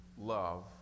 love